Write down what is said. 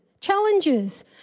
challenges